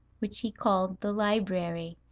which he called the library,